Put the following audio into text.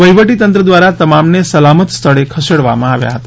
વહીવટી તંત્ર દ્વારા તમામને સલામત સ્થળે ખસેડવામાં આવ્યા હતા